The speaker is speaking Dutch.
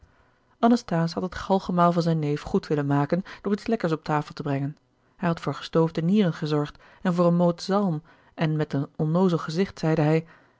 anasthase had het galgenmaal van zijn neef goed willen maken door iets lekkers op tafel te brengen hij had voor gestoofde nieren gezorgd en voor een moot zalm en met een onnoozel gezicht zeide hij